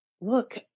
look